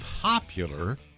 popular